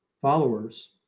followers